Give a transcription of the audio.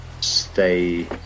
stay